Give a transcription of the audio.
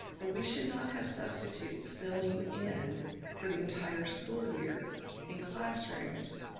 but we should not have substitutes filling in for the entire school year in classrooms,